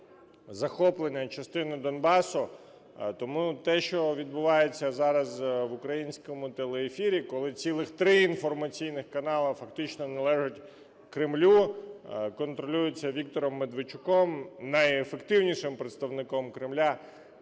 захоплення частини Донбасу. Тому те, що відбувається зараз в українському телеефірі, коли цілих три інформаційних канали фактично належать Кремлю, контролюються Віктором Медведчуком, найефективнішим представником Кремля,